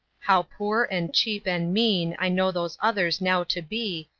how poor and cheap and mean i know those others now to be,